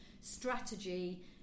strategy